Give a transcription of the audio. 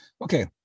Okay